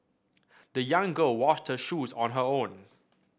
the young girl washed her shoes on her own